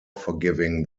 forgiving